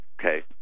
okay